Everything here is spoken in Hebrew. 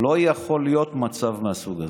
לא יכול להיות מצב מהסוג הזה.